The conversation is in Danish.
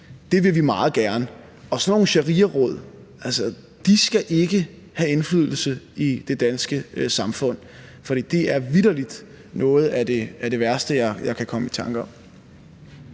det, vil vi meget gerne. Sådan nogle shariaråd skal ikke have indflydelse i det danske samfund, for det er vitterlig noget af det værste, jeg kan komme i tanker om.